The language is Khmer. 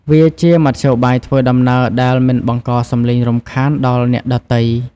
វាជាមធ្យោបាយធ្វើដំណើរដែលមិនបង្កសំឡេងរំខានដល់អ្នកដទៃ។